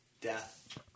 death